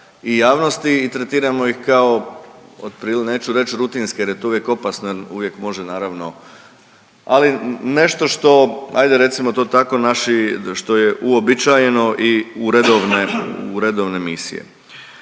i javnosti i tretiramo ih kao, .../nerazumljivo/... neću reći rutinske jer je to uvijek opasno jer uvijek može naravno, ali nešto što, ajde, recimo to tako, naši, što je uobičajeno i u redovne misije.